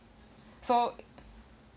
so